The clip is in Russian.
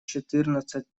четырнадцать